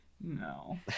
No